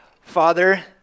Father